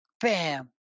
bam